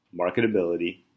marketability